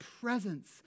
presence